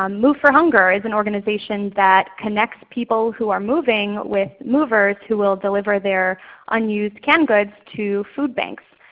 um move for hunger is an organization that connects people who are moving with movers who will deliver their unused canned goods to food banks.